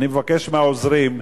אני מבקש מהעוזרים,